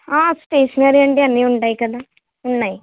stationery అంటే అన్నీ ఉంటాయి కదా ఉన్నాయి